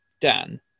Dan